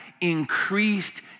increased